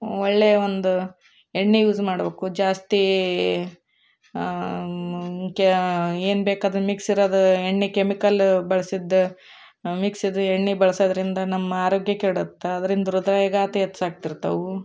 ಒಳ್ಳೆಯ ಒಂದು ಎಣ್ಣೆ ಯೂಸ್ ಮಾಡಬೇಕು ಜಾಸ್ತಿ ಕೇ ಏನು ಬೇಕು ಅದನ್ನು ಮಿಕ್ಸ್ ಇರೋದು ಎಣ್ಣೆ ಕೆಮಿಕಲ್ಲ ಬಳಸಿದ್ದ ಮಿಕ್ಸಿದ್ದ ಎಣ್ಣೆ ಬಳಸೋದ್ರಿಂದ ನಮ್ಮ ಆರೋಗ್ಯ ಕೆಡತ್ತೆ ಅದ್ರಿಂದ ಹೃದಯಾಘಾತ ಹೆಚ್ಚಾಗ್ತಿರ್ತವು